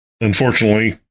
Unfortunately